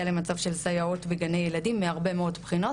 למצב של סייעות בגני ילדים מהרבה מאוד בחינות